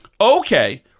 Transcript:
Okay